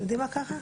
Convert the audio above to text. אתם יודעים מה קרה?